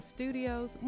Studios